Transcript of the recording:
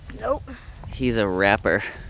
no he is a rapper